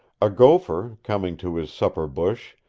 a gopher, coming to his supper bush,